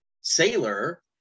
sailor